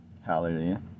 Hallelujah